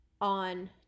on